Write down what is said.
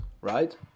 right